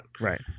Right